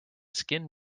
skin